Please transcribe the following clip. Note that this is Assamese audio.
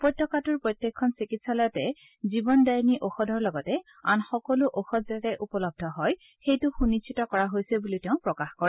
উপত্যকাটোৰ প্ৰত্যেকখন চিকিৎসালয়তে জীৱন দায়িনী ঔষধৰ লগতে আআন সকলো ঔষধ যাতে উপলব্ধ হয় সেইটো সুনিশ্চিত কৰা হৈছে বুলিও তেওঁ প্ৰকাশ কৰে